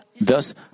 Thus